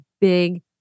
big